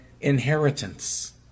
inheritance